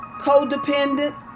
codependent